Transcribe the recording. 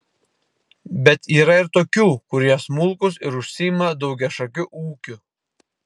bet yra ir tokių kurie smulkūs ir užsiima daugiašakiu ūkiu